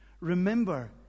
remember